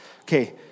Okay